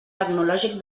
tecnològic